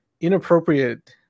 inappropriate